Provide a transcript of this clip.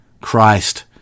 Christ